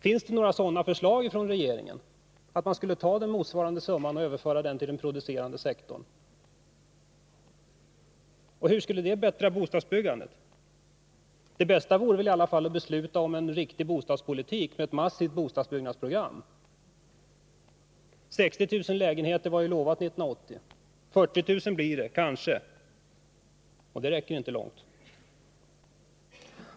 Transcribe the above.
Finns det några förslag från regeringen om att överföra motsvarande summa till den producerande sektorn? Och hur skulle detta förbättra bostadsbyggandet? Det bästa vore väl i alla fall att besluta om en riktig bostadspolitik med ett massivt bostadsbyggnadsprogram. 60 000 lägenheter utlovades 1980. 40 000 blir det — kanske. Det räcker inte långt.